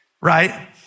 right